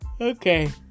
Okay